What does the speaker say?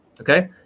Okay